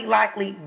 likely